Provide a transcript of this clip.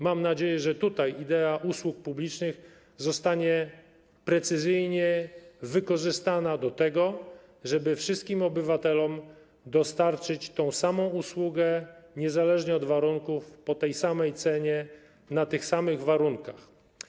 Mam nadzieję, że tutaj idea usług publicznych zostanie precyzyjnie wykorzystana do tego, żeby wszystkim obywatelom dostarczyć tę samą usługę, niezależnie od warunków, w tej samej cenie, na tych samych warunkach.